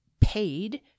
paid